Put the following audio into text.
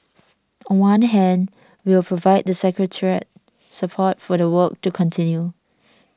on one hand we'll provide the secretariat support for the work to continue